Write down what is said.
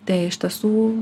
tai iš tiesų